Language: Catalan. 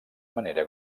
manera